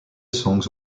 songs